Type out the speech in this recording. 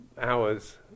hours